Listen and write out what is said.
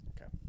Okay